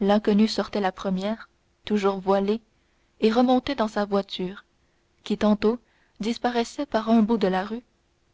l'inconnue sortait la première toujours voilée et remontait dans sa voiture qui tantôt disparaissait par un bout de la rue